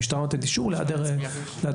המשטרה נותנת אישור להיעדר הרשעות.